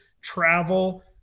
travel